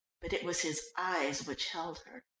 but it was his eyes which held her.